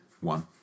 One